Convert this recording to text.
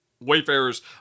Wayfarers